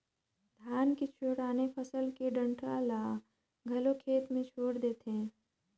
धान के छोयड़ आने फसल के डंठरा ल घलो खेत मे छोयड़ देथे